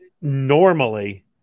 normally